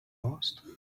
asked